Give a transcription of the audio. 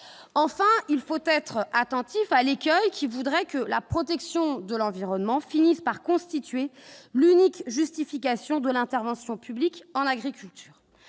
enfin, il faut être attentif à l'écueil qui voudrait que la protection de l'environnement finissent par constituer l'unique justification de l'intervention publique en agriculture